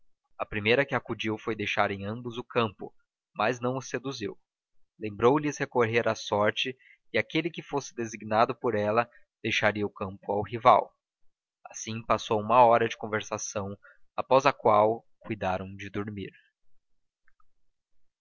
a primeira que acudiu foi deixarem ambos o campo mas não os seduziu lembrou lhes recorrer à sorte e aquele que fosse designado por ela deixaria o campo ao rival assim passou uma hora de conversação após a qual cuidaram de dormir